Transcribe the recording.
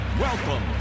welcome